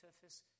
surface